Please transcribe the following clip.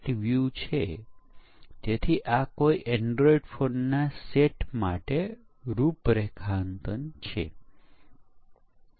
વાસ્તવિક ડેટામાં સમીક્ષામાં ખરેખર ઘણા બધા ભૂલો મળે છે